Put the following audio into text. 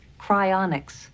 Cryonics